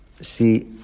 see